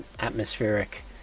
atmospheric